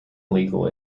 legal